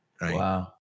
Wow